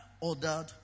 ordered